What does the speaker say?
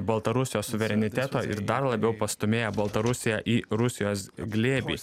baltarusijos suvereniteto ir dar labiau pastūmėjo baltarusiją į rusijos glėbį